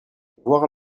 voir